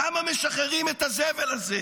למה משחררים את הזבל הזה,